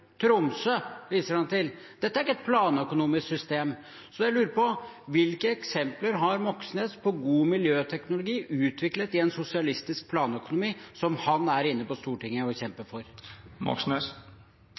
Dette er ikke et planøkonomisk system. Så jeg lurer på: Hvilke eksempler har Moxnes på god miljøteknologi utviklet i en sosialistisk planøkonomi, som han er inne på Stortinget og